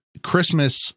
christmas